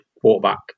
quarterback